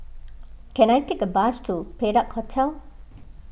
can I take a bus to Perak Hotel